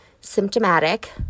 symptomatic